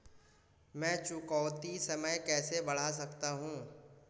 मैं चुकौती समय कैसे बढ़ा सकता हूं?